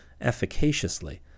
efficaciously